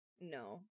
No